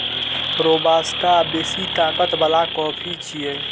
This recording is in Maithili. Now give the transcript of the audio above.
रोबास्टा बेसी ताकत बला कॉफी छियै